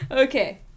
Okay